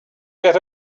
get